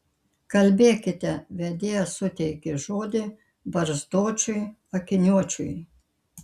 kalbėkite vedėja suteikė žodį barzdočiui akiniuočiui